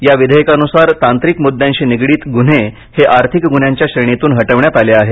या विधेयकानुसार तांत्रिक मुद्द्यांशी निगडीत गुन्हे हे आर्थिक गुन्ह्यांच्या श्रेणीतून हटवण्यात आले आहेत